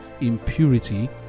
impurity